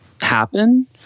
happen